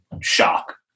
shock